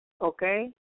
Okay